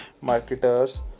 marketers